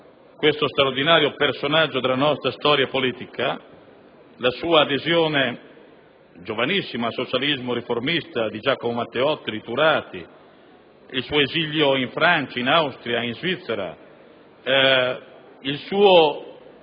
Saragat, straordinario personaggio della nostra storia politica. Ricordo la sua adesione, da giovanissimo, al socialismo riformista di Giacomo Matteotti, di Turati, il suo esilio in Francia, in Austria, in Svizzera, la sua